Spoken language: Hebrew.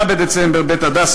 ב-29 בנובמבר,